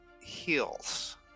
heals